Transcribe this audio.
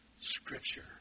Scripture